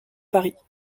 paris